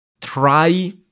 try